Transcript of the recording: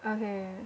okay